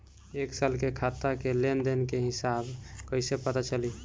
एक साल के खाता के लेन देन के हिसाब कइसे पता चली?